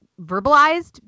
verbalized